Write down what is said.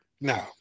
no